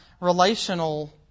relational